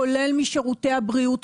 כולל משירותי הבריאות.